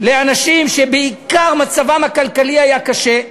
בעיקר לאנשים שמצבם הכלכלי היה קשה,